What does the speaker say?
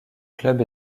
club